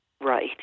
right